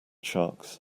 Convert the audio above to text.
sharks